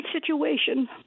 situation